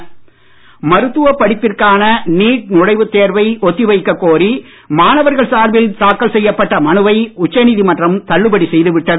NEET மருத்துவ படிப்பிற்கான NEET நுழைவுத் தேர்வை ஒத்தி வைக்க கோரி மாணவர்கள் சார்பில் தாக்கல் செய்யப்பட்ட மனுவை உச்சநீதிமன்றம் தள்ளுபடி செய்து விட்டது